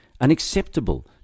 unacceptable